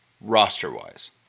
Roster-wise